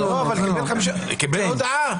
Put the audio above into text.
הודעה.